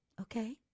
Okay